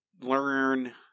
learn